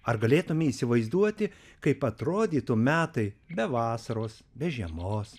ar galėtume įsivaizduoti kaip atrodytų metai be vasaros be žiemos